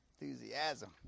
Enthusiasm